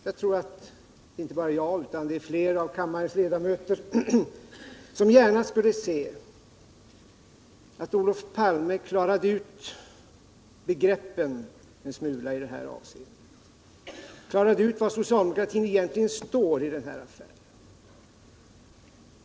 Jag tror att det är fler av kammarens ledamöter än jag som gärna skulle se att Olof Palme klarade ut var socialdemokratin egentligen står i den affären.